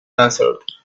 answered